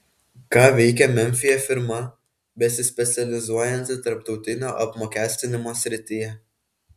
ką veikia memfyje firma besispecializuojanti tarptautinio apmokestinimo srityje